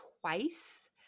twice